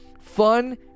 fun